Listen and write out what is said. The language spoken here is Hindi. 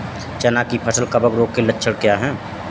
चना की फसल कवक रोग के लक्षण क्या है?